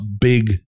big